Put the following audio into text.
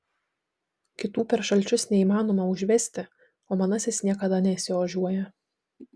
kitų per šalčius neįmanoma užvesti o manasis niekada nesiožiuoja